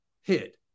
hit